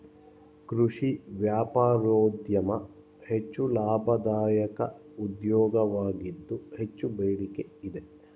ಕೃಷಿ ವ್ಯಾಪಾರೋದ್ಯಮ ಹೆಚ್ಚು ಲಾಭದಾಯಕ ಉದ್ಯೋಗವಾಗಿದ್ದು ಹೆಚ್ಚು ಬೇಡಿಕೆ ಇದೆ